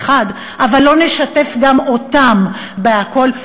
אבל לא נשתף גם אותם בכול,